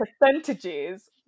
percentages